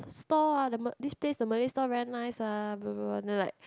stall ah the M~ this place the Malay stall very nice then like